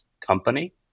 company